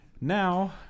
now